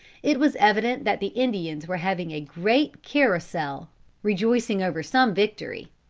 it was evident that the indians were having a great carousal rejoicing over some victory.